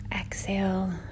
Exhale